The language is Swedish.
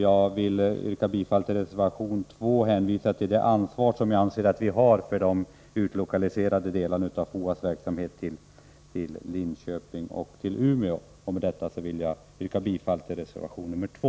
Jag vill också hänvisa till det ansvar som jag anser att vi har för de till Linköping och Umeå utlokaliserade delarna av FOA:s verksamhet. Med detta vill jag yrka bifall till reservation nr 2.